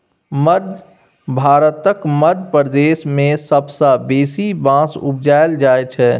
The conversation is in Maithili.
मध्य भारतक मध्य प्रदेश मे सबसँ बेसी बाँस उपजाएल जाइ छै